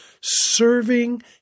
serving